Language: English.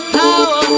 power